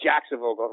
Jacksonville